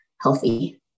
healthy